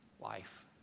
life